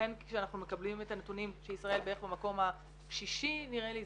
ולכן כשאנחנו מקבלים את הנתונים שישראל בערך במקום השישי נראה לי,